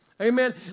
Amen